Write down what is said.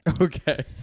okay